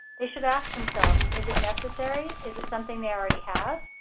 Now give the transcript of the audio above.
they should ask themselves, is it necessary? is it something they already have?